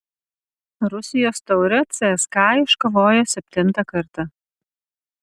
rusijos taurę cska iškovojo septintą kartą